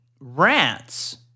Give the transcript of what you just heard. Rats